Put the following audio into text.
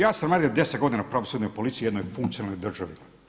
Ja sam radio 10 godina u pravosudnoj policiji u jednoj funkcionalnoj državi.